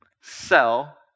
sell